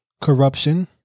Corruption